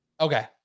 Okay